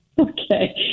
Okay